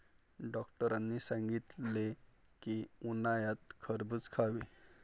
डॉक्टरांनी सांगितले की, उन्हाळ्यात खरबूज खावे